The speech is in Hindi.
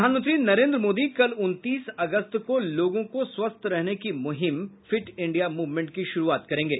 प्रधानमंत्री नरेन्द्र मोदी कल उनतीस अगस्त को लोगों को स्वस्थ रहने की मुहिम फिट इंडिया मूवमेंट की शुरूआत करेंगे